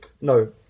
No